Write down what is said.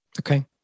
Okay